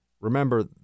remember